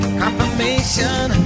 confirmation